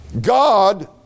God